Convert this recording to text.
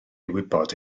wybod